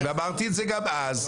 ואמרתי את זה גם אז,